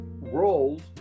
roles